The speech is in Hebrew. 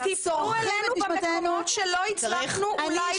אז תיפנו אלינו במקומות שלא הצלחנו אולי לפעול.